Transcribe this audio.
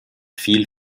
viel